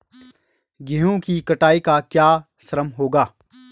गेहूँ की कटाई का क्या श्रम होगा?